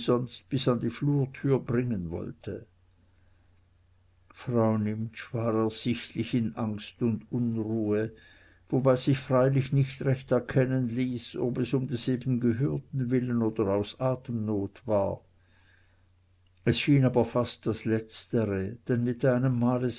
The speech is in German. bis an die flurtür bringen wollte frau nimptsch war ersichtlich in angst und unruhe wobei sich freilich nicht recht erkennen ließ ob es um des eben gehörten willen oder aus atemnot war es schien aber fast das letztre denn mit einem male